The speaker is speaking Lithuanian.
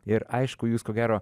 ir aišku jūs ko gero